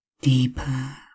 deeper